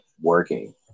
working